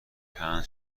پنج